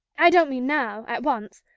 i don't mean now, at once,